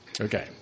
Okay